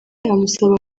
amusaba